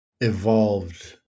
evolved